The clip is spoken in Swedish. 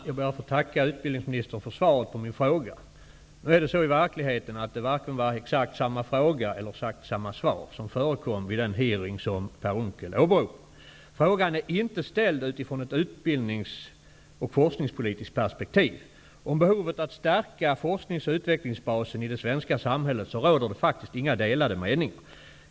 Jag ber att få tacka utbildningsministern för svaret på min fråga. I verkligheten förekom dock varken exakt samma fråga eller exakt samma svar vid den hearing som f411 > Frågan är inte ställd utifrån ett utbildnings och forskningspolitiskt perspektiv. Om behovet av att stärka forsknings och utvecklingsbasen i det svenska samhället råder det faktiskt inga delade meningar.